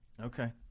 Okay